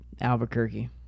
Albuquerque